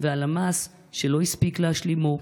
ועל המעש שלא הספיק להשלימו,